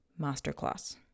masterclass